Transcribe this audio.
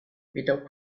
without